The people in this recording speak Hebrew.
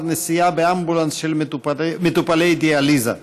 נסיעה באמבולנס של מטופלי דיאליזה.